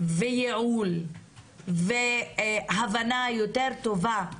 וייעול והבנה יותר טובה בכל